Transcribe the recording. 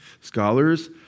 scholars